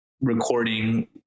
recording